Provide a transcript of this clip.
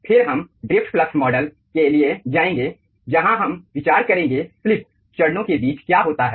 फिर हम drift flux model के लिए जाएंगे जहां हम विचार करेंगे स्लिप चरणों के बीच क्या होता है